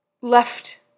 left